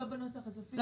לא בנוסח הסופי.